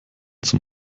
zum